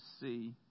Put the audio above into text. see